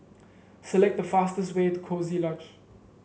select the fastest way to Coziee Lodge